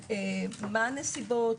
מה הנסיבות,